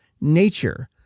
nature